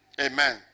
Amen